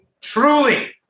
Truly